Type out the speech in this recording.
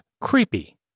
creepy